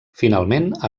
finalment